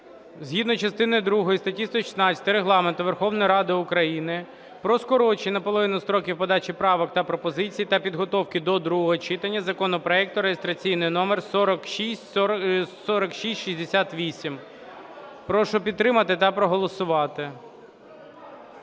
згідно частини другої статті 116 Регламенту Верховної Ради України про скорочення наполовину строків подачі правок та пропозицій та підготовки до другого читання законопроекту реєстраційний номер 4668. Прошу підтримати та проголосувати.